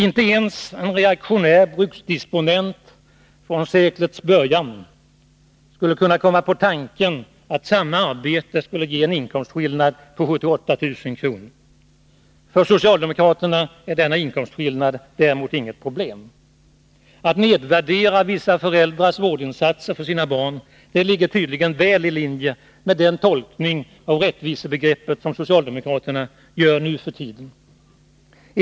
Inte ens en reaktionär bruksdisponent från seklets början skulle ha Nr 156 kommit på tanken att samma arbete skulle ge en inkomstskillnad på 78 000 kr. För socialdemokraterna är denna inkomstskillnad däremot inget problem. Att nedvärdera vissa föräldrars vårdinsatser för sina barn ligger tydligen väl i linje med den tolkning av rättvisebegreppet som socialdemokraterna gör nu för tiden.